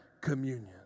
communion